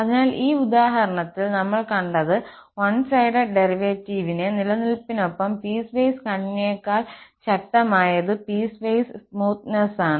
അതിനാൽ ഈ ഉദാഹരണത്തിൽ നമ്മൾ കണ്ടത് വൺ സൈഡഡ് ഡെറിവേറ്റീവിന്റെ നിലനിൽപ്പിനൊപ്പം പീസ്വൈസ് കണ്ടിന്യൂയിറ്റിയേക്കാൾ ശക്തമായത് പീസ്വൈസ് സ്മൂത്തനെസ്സാണ്